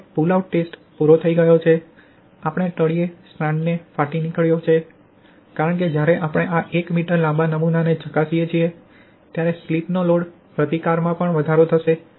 હવે pull out test પુરો થઈ ગયો છે આપણે તળિયે સ્ટ્રાન્ડ ફાટી નીકળ્યો છે કારણ કે જ્યારે આપણે આ 1 મીટર લાંબા નમુનાને ચકાસીએ છીએ ત્યારે સ્લીપનો લોડ પ્રતિકારમાં પણ વધારો થશે